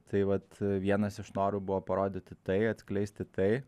tai vat vienas iš norų buvo parodyti tai atskleisti tai